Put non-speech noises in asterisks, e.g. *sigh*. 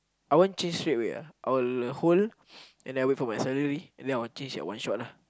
I won't change straight away ah I will hold *noise* and then I'll wait for my salary and then I will change at one shot lah